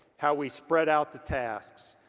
how we spread out the tasks.